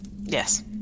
Yes